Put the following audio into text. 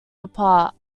apart